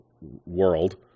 world